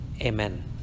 amen